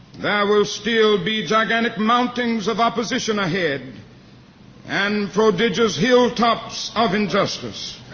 there will still be gigantic mountains of opposition ahead and prodigious hilltops of injustice.